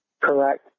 Correct